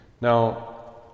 Now